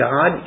God